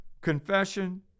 Confession